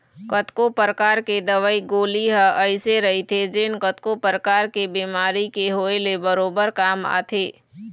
कतको परकार के दवई गोली ह अइसे रहिथे जेन कतको परकार के बेमारी के होय ले बरोबर काम आथे